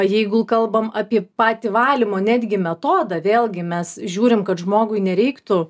jeigu kalbam apie patį valymo netgi metodą vėlgi mes žiūrim kad žmogui nereiktų